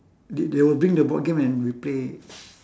they they will bring the board game and we play